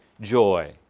joy